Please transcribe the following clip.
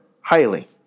highly